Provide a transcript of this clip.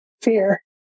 Fear